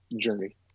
journey